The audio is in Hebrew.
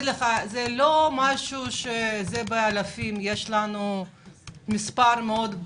זה לא באלפים, יש מספר מקומות ברור וידוע.